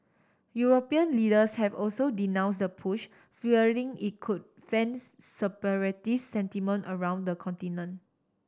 European leaders have also denounce the push fearing it could fans separatist sentiment around the continent